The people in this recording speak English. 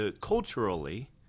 culturally